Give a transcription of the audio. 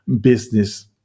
business